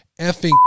effing